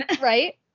right